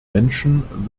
menschen